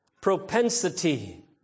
propensity